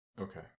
Okay